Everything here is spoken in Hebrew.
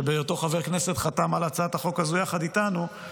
שבהיותו חבר כנסת חתם על הצעת החוק הזו יחד איתנו,